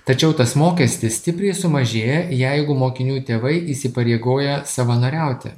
tačiau tas mokestis stipriai sumažėja jeigu mokinių tėvai įsipareigoja savanoriauti